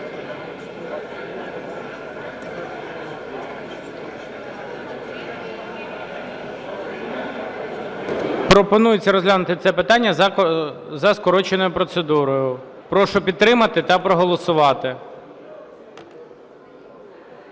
Пропонується розглянути це питання за скороченою процедурою. Прошу підтримати та проголосувати.